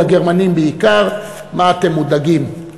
ולגרמנים בעיקר: מה אתם מודאגים,